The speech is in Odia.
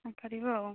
କ'ଣ କରିବ ଆଉ